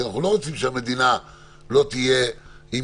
כי אנחנו לא רוצים שהמדינה לא תהיה עם